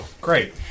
Great